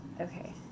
Okay